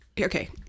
okay